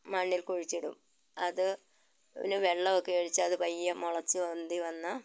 മണ്ണിൽ കുഴിച്ചിടും അതിന് വെള്ളമൊക്കെ ഒഴിച്ച് അത് പയ്യെ മുളച്ച് പൊന്തി വന്ന്